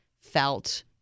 felt